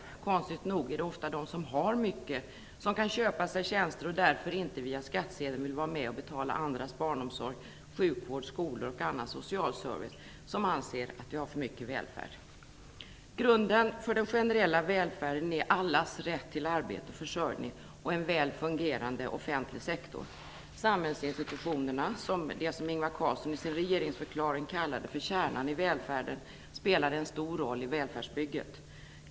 Det är konstigt nog ofta de som har mycket, de som kan köpa sig tjänster och därför inte vill vara med och betala andras barnomsorg, sjukvård, skolor och annan social service via skattsedeln, som anser att vi har för mycket välfärd. Grunden för den generella välfärden är allas rätt till arbete och försörjning och en väl fungerande offentlig sektor. Samhällsinstitutionerna, det som Ingvar Carlsson i sin regeringsförklaring kallade för kärnan i välfärden, spelar en stor roll i välfärdsbygget.